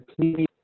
please